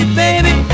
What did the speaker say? baby